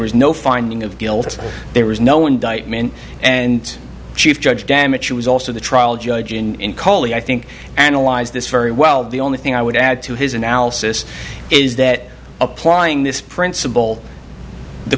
was no finding of guilt there was no indictment and chief judge damage was also the trial judge in the i think analyze this very well the only thing i would add to his analysis is that applying this principle the